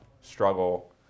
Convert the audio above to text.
struggle